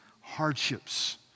hardships